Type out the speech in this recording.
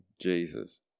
Jesus